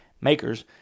makers